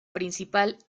principal